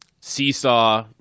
seesaw